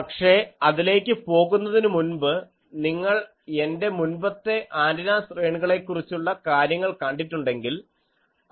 പക്ഷേ അതിലേക്ക് പോകുന്നതിനു മുമ്പ് നിങ്ങൾ എൻറെ മുൻപത്തെ ആൻറിന ശ്രേണികളെ കുറിച്ചുള്ള കാര്യങ്ങൾ കണ്ടിട്ടുണ്ടെങ്കിൽ